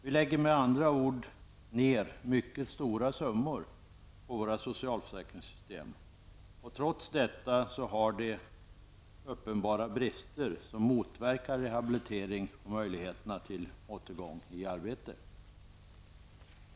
Vi lägger med andra ord ner mycket stora summor på våra socialförsäkringssystem. Trots detta har de uppenbara brister som motverkar rehabilitering och möjligheterna till återgång till arbete.